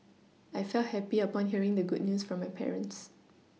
I felt happy upon hearing the good news from my parents